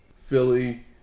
Philly